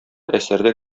әсәрдә